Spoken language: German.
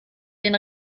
den